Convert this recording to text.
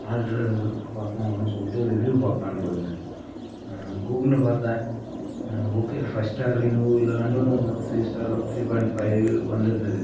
order பார்க்கணும் அப்படின்னு சொல்லிட்டு ரிவ்யூ பார்க்கலான்னு போயிருந்தேன் கூகுள்ல பார்த்தேன் ஓகே ஃபர்ஸ்ட் ஸ்டார் ரிவ்யூ இல்லைனாலும் three star three point five வந்திருந்தது